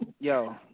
Yo